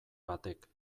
batek